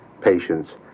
patients